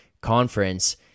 conference